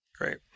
Great